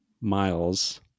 miles